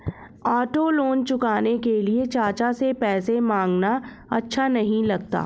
auto loan चुकाने के लिए चाचा से पैसे मांगना अच्छा नही लगता